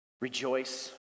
rejoice